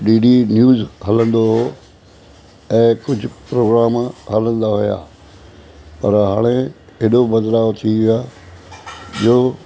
D D news हलंदो हुओ ऐं कुझु प्रोग्राम हलंदा हुआ पर हाणे ऐॾो बदिलाव थी वियो आहे जो